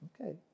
Okay